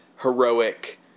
heroic